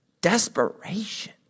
desperation